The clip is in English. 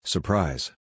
Surprise